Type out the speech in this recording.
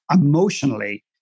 Emotionally